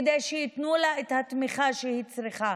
כדי שייתנו לה את התמיכה שהיא צריכה.